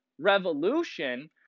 revolution